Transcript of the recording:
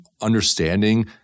understanding